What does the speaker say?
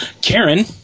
Karen